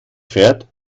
fährt